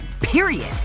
Period